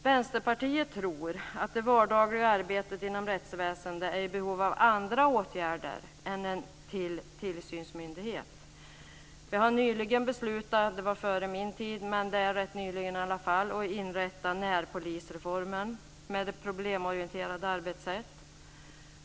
Vänsterpartiet tror att det vardagliga arbetet inom rättsväsendet är i behov av andra åtgärder än ytterligare en tillsynsmyndighet. Visserligen före min tid men ändå rätt nyligen beslutade man att genomföra närpolisreformen med dess problemorienterade arbetssätt.